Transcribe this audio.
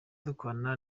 dukorana